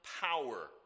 power